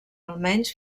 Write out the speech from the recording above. almenys